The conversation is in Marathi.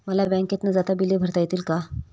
मला बँकेत न जाता बिले भरता येतील का?